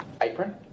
apron